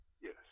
yes